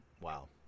wow